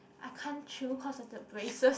I can't chew cause of the braces